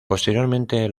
posteriormente